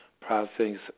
processing